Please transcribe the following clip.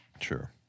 Sure